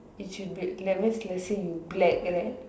if you do that means let's say you black right